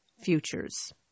futures